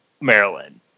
Maryland